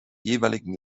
jeweiligen